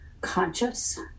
conscious